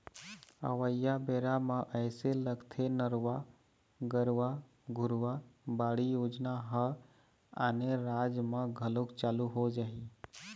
अवइया बेरा म अइसे लगथे नरूवा, गरूवा, घुरूवा, बाड़ी योजना ह आने राज म घलोक चालू हो जाही